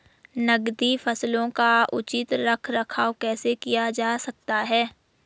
नकदी फसलों का उचित रख रखाव कैसे किया जा सकता है?